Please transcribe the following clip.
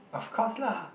of course lah